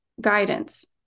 guidance